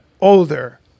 older